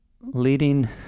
leading